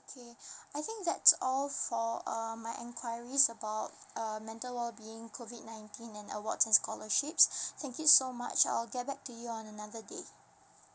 kay~ I think that's all so um my enquiries about err mental wellbeing COVID nineteen and award and scholarships thank you so much I'll get back to you on another day